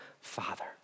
father